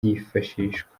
yifashishwa